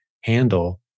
handle